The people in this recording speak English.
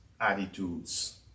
attitudes